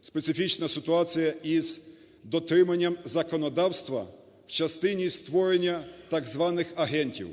специфічна ситуація із дотриманням законодавства у частині створення так званих агентів.